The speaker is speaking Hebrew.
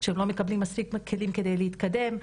שהם לא מקבלים מספיק כלים כדי להתקדם.